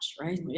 right